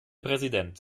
präsident